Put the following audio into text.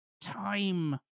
time